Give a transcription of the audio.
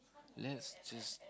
let's just